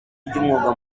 ry’umwuga